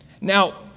Now